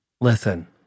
Listen